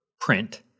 print